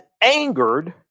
angered